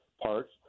parts